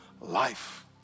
Life